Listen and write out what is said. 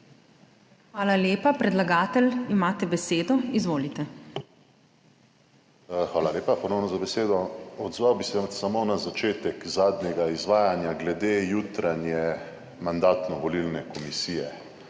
Hvala lepa. Predlagatelj imate besedo, izvolite. MIHA LAMUT (PS Svoboda): Hvala lepa, ponovno za besedo. Odzval bi se samo na začetek zadnjega izvajanja glede jutranje Mandatno-volilne komisije.